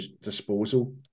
disposal